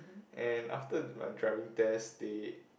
and after my driving test they